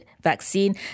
vaccine